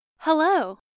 Hello